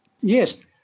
Yes